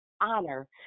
honor